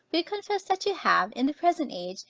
we confess that you have, in the present age,